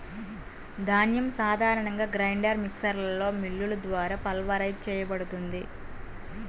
ధాన్యం సాధారణంగా గ్రైండర్ మిక్సర్లో మిల్లులు ద్వారా పల్వరైజ్ చేయబడుతుంది